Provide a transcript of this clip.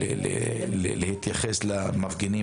שצריך לאפשר למפגינים